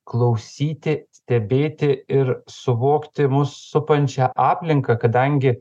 klausyti stebėti ir suvokti mus supančią aplinką kadangi